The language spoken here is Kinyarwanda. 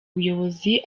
buyobozi